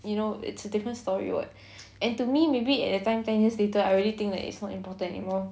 you know it's a different story [what] and to me maybe at that time ten years later I already think that it's not important anymore